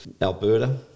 Alberta